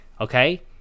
okay